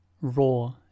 raw